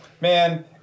man